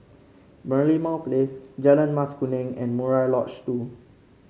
Merlimau Place Jalan Mas Kuning and Murai Lodge Two